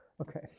Okay